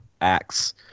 acts